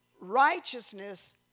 Righteousness